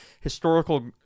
Historical